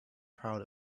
proud